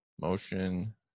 motion